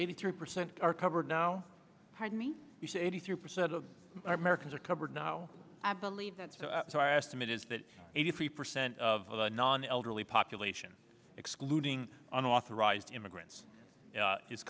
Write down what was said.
eighty three percent are covered now pardon me you say eighty three percent of americans are covered now i believe that's so i estimate is that eighty three percent of the non elderly population excluding unauthorized immigrants